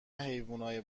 حیونای